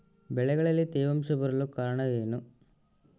ಬೆಳೆಗಳಲ್ಲಿ ತೇವಾಂಶ ಬರಲು ಕಾರಣ ಏನು?